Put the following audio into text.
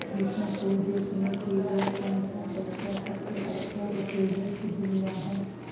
खेतों को जोतने के लिए कौन सा टैक्टर सबसे अच्छा उपयोगी सिद्ध हुआ है?